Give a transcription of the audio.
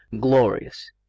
glorious